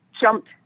jumped